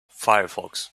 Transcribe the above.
firefox